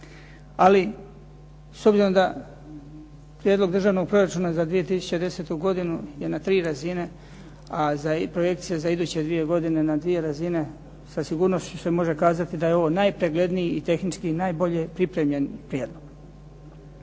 Ali s obzirom da Prijedlog državnog proračuna za 2010. godinu je na tri razine a projekcije za iduće dvije godine na dvije razine sa sigurnošću se može kazati da je ovo najpregledniji i tehnički najbolje pripremljen prijedlog.